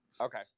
Okay